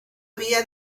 vía